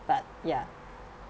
but ya